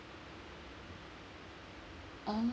ah